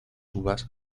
uvas